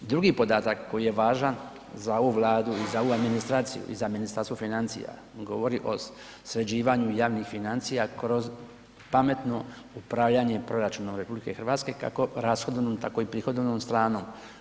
Drugi podatak koji je važan za ovu Vladu i za ovu administraciju i za Ministarstvo financija govori o sređivanju javnih financija kroz pametno upravljanje proračuna RH kako rashodovnu tako i prihodovnom stranom.